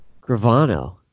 Gravano